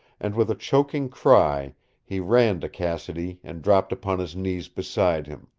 and with a choking cry he ran to cassidy and dropped upon his knees beside him.